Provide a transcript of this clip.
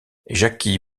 jackie